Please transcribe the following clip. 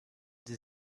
die